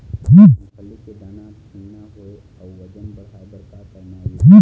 मूंगफली के दाना ठीन्ना होय अउ वजन बढ़ाय बर का करना ये?